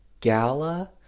gala